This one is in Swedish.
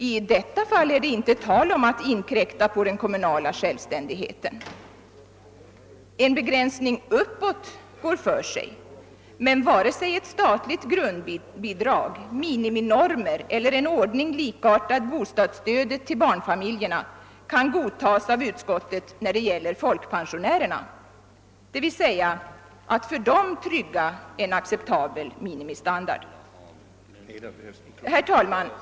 I detta fall är det inte tal om att inkräkta på den kommunala självständigheten. En begränsning uppåt går för sig; men varken ett statligt grundbidrag, miniminormer eller en ordning likartad bostadsstödet till barnfamiljerna kan godtas av utskottet när det gäller att för folkpensionärerna trygga en acceptabel minimistandard. Herr talman!